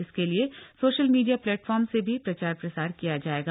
इसके लिए social media platform से भी प्रचार प्रसार किया जाएगा